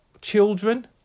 children